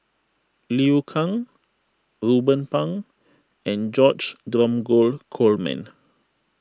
Liu Kang Ruben Pang and George Dromgold Coleman